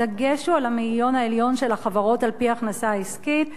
הדגש הוא על המאיון העליון של החברות על-פי ההכנסה העסקית?